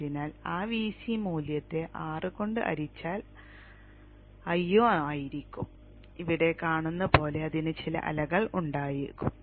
അതിനാൽ ആ Vc മൂല്യത്തെ R കൊണ്ട് ഹരിച്ചാൽ Io ആയിരിക്കും ഇവിടെ കാണുന്നത് പോലെ അതിന് ചില അലകൾ ഉണ്ടാകും